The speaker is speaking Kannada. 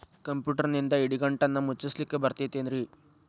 ಕಂಪ್ಯೂಟರ್ನಿಂದ್ ಇಡಿಗಂಟನ್ನ ಮುಚ್ಚಸ್ಲಿಕ್ಕೆ ಬರತೈತೇನ್ರೇ?